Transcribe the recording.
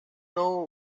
know